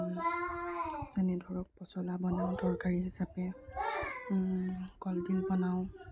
যেনে ধৰক পচলা বনাওঁ তৰকাৰী হিচাপে কলডিল বনাওঁ